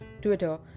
Twitter